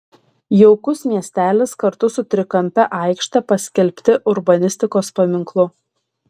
jaukus miestelis kartu su trikampe aikšte paskelbti urbanistikos paminklu